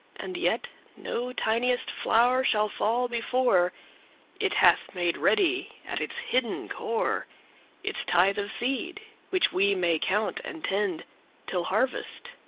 and yet no tiniest flower shall fall before it hath made ready at its hidden core its tithe of seed, which we may count and tend till harvest.